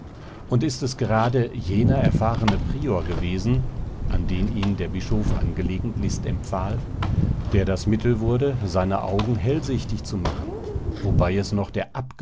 und ist es gerade jener erfahrene prior gewesen an den ihn der bischof angelegentlichst empfahl der das mittel wurde seine augen hellsichtig zu machen wobei es noch der